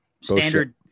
standard